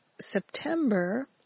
September